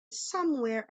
somewhere